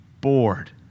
bored